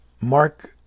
Mark